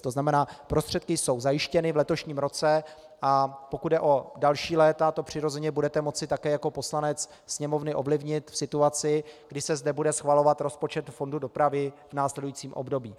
To znamená, prostředky jsou zajištěny v letošním roce, a pokud jde o další léta, to přirozeně budete moci také jako poslanec Sněmovny v situaci, kdy se zde bude schvalovat rozpočet fondu dopravy na následující období, ovlivnit.